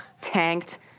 tanked